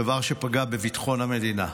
דבר שפגע בביטחון המדינה,